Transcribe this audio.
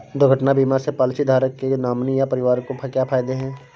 दुर्घटना बीमा से पॉलिसीधारक के नॉमिनी या परिवार को क्या फायदे हैं?